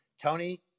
Tony